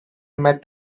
met